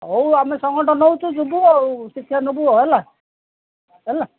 ହଉ ଆମେ ସଙ୍ଗଠନ ହେଉଛୁ ଯିବୁ ଆଉ ଶିକ୍ଷା ନେବୁ ହେଲା ହେଲା